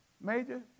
Major